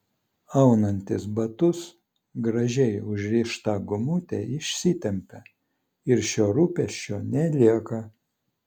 aunantis batus gražiai užrišta gumutė išsitempia ir šio rūpesčio nelieka